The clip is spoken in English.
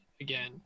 again